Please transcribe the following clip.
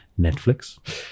Netflix